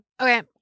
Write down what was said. Okay